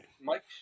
Mike